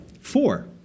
Four